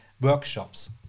workshops